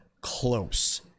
close